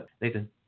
Nathan